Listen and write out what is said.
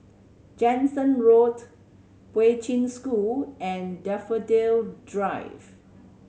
Jansen Road Poi Ching School and Daffodil Drive